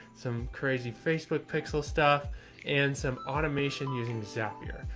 some crazy facebook pixel stuff and some automation using zapier.